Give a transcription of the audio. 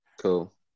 cool